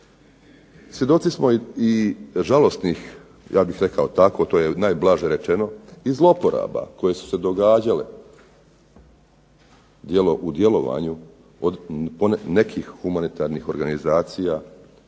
Svjedoci smo i žalosnih, ja bih rekao tako, to je najblaže rečeno, i zlouporaba koje su se događale u djelovanju od nekih humanitarnih organizacija